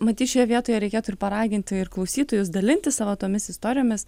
matyt šioje vietoje reikėtų ir paraginti ir klausytojus dalintis savo tomis istorijomis